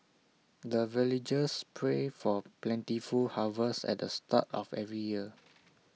the villagers pray for plentiful harvest at the start of every year